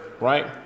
right